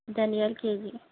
దనియాలు KG